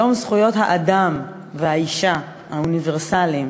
יום זכויות האדם והאישה האוניברסליים,